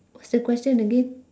what's the question again